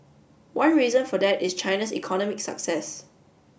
one reason for that is China's economic success